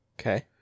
Okay